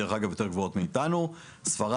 דרך אגב,